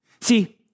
See